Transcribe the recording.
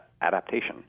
adaptation